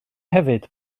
hefyd